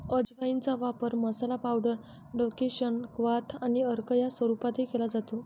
अजवाइनचा वापर masala, powder, decoction, क्वाथ आणि अर्क या स्वरूपातही केला जातो